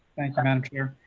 thank you, man. here